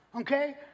okay